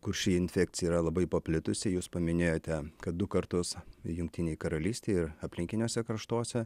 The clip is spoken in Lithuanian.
kur ši infekcija yra labai paplitusi jūs paminėjote kad du kartus jungtinėj karalystėj ir aplinkiniuose kraštuose